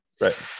right